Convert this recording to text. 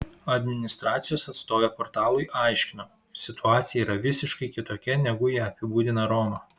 administracijos atstovė portalui aiškino situacija yra visiškai kitokia negu ją apibūdina roma